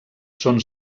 són